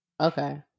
Okay